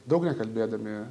daug nekalbėdami